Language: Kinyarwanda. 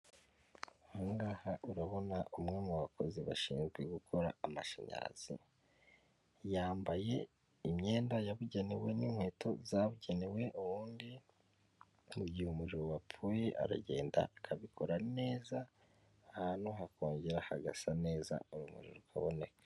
Aha ngaha urabona umwe mu bakozi bashinzwe gukora amashanyarazi. Yambaye imyenda yabugenewe n'inkweto zabugenewe, ubundi mu gihe umuriro wapfuye aragenda akabikora neza, ahantu hakongera hagasa neza urumuri ukaboneka.